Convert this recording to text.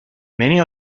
many